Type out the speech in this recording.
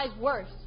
worse